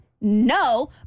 no